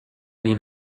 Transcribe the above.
این